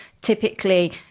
typically